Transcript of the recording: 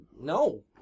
No